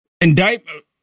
Indictment